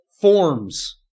forms